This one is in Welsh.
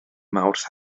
mawrth